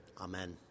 Amen